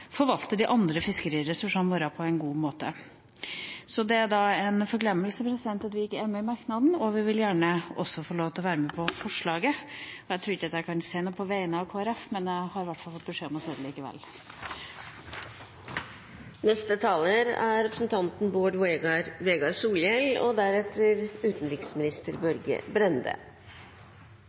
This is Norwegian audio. forvalte de andre fiskeriressursene våre på en god måte. Så det er en forglemmelse at vi ikke er med på den merknaden, og vi vil gjerne også få lov til å være med på forslaget. Jeg tror ikke jeg kan si noe på vegne av Kristelig Folkeparti, men jeg har i hvert fall fått beskjed om å si det likevel. Alt er